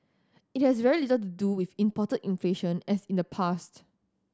it has very little to do with imported inflation as in the past